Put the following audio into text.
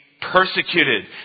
persecuted